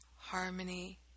harmony